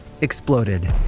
exploded